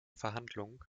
verhandlungen